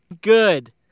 good